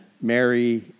Mary